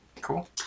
cool